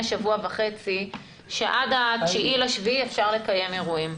שבוע וחצי שעד 9 ביולי אפשר לקיים אירועים,